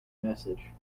message